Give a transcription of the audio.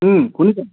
শুনিছা